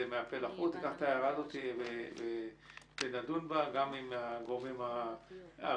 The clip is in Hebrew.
מהפה לחוץ ונדון בה גם עם הגורמים הרלוונטיים.